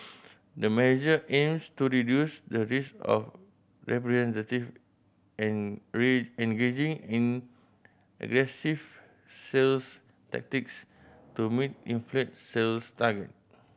the measure aims to reduce the risk of representative engaging in aggressive sales tactics to meet inflated sales targets